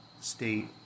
state